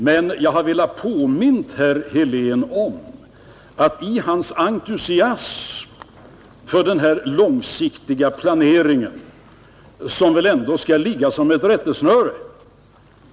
Men jag vill påminna herr Helén om en sak i hans entusiasm för denna långsiktiga planering, som väl ändå skall tjäna som ett rättesnöre.